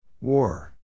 War